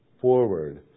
forward